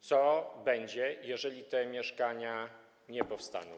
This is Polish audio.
Co będzie, jeżeli te mieszkania nie powstaną?